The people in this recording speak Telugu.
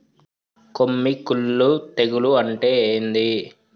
కొమ్మి కుల్లు తెగులు అంటే ఏంది?